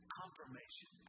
confirmation